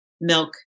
Milk